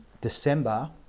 December